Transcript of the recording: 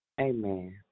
Amen